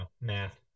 Math